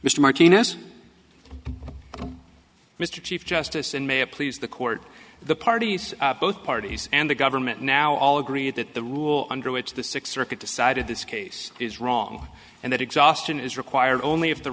mr martinez mr chief justice and may it please the court the parties both parties and the government now all agree that the rule under which the sixth circuit decided this case is wrong and that exhaustion is required only if the